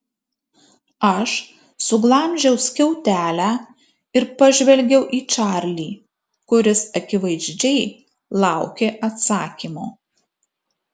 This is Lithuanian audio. aš suglamžiau skiautelę ir pažvelgiau į čarlį kuris akivaizdžiai laukė atsakymo